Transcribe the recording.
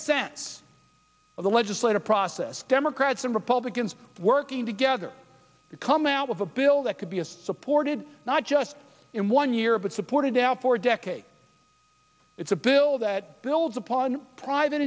sense of the legislative process democrats and republicans working together to come out with a bill that could be supported not just in one year but supported out for decades it's a bill that builds upon private